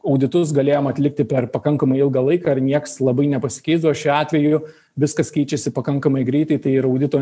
auditus galėjom atlikti per pakankamai ilgą laiką ir nieks labai nepasikeisdavo šiuo atveju viskas keičiasi pakankamai greitai tai ir audito